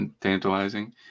tantalizing